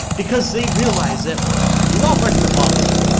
because they realize that you all work for us.